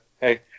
hey